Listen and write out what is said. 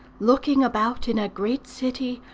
looking about in a great city,